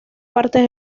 partes